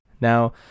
Now